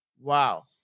Wow